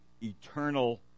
eternal